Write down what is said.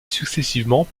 successivement